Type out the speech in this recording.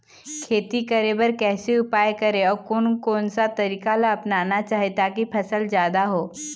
खेती करें बर कैसे उपाय करें अउ कोन कौन सा तरीका ला अपनाना चाही ताकि फसल जादा हो?